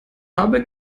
habe